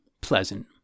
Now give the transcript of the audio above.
pleasant